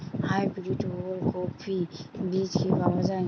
Hybrid ওলকফি বীজ কি পাওয়া য়ায়?